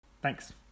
Thanks